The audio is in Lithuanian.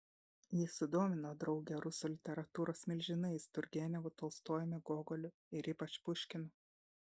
ji sudomino draugę rusų literatūros milžinais turgenevu tolstojumi gogoliu ir ypač puškinu